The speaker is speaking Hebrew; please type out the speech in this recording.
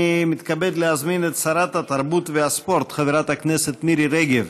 אני מתכבד להזמין את שרת התרבות והספורט חברת הכנסת מירי רגב